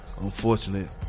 unfortunate